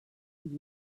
yedi